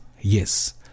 yes